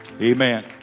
Amen